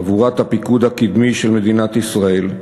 חבורת הפיקוד הקדמי של מדינת ישראל,